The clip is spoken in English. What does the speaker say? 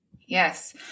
Yes